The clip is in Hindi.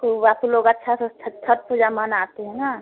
खूब आप लोग अच्छा से छठ पूजा मनाते हैं न